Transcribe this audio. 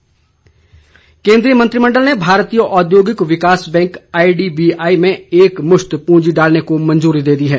मंत्रिमण्डल केंद्रीय मंत्रिमंडल ने भारतीय औद्योगिक विकास bank I D B I में एक मुश्त पूंजी डालने को मंजूरी दे दी है